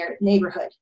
neighborhood